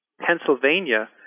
Pennsylvania